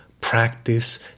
practice